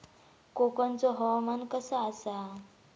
कोकनचो हवामान कसा आसा?